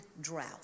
drought